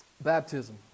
baptism